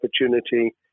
opportunity